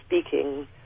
speaking